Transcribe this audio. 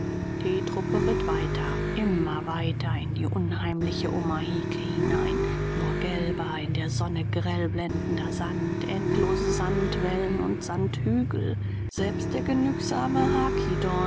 die truppe ritt weiter immer weiter in die unheimliche omaheke hinein nur gelber in der sonne grell blendender sand endlose sandwellen und sandhügel selbst der genügsame